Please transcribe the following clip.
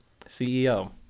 CEO